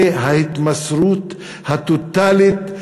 זה ההתמסרות הטוטלית,